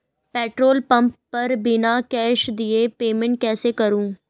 Petrol pump पर बिना cash दिए पेमेंट कैसे करूँ?